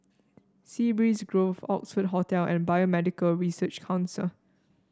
Sea Breeze Grove Oxford Hotel and Biomedical Research Council